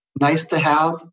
nice-to-have